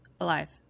Alive